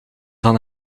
van